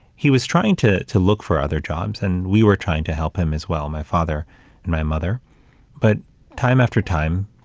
he was trying to to look for other jobs, and we were trying to help him as well my father and my mother but time after time,